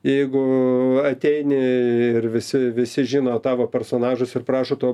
jeigu ateini ir visi visi žino tavo personažus ir prašo tuo